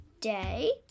day